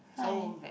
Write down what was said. so bad